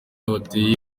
wateye